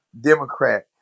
democrat